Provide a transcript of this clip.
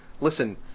Listen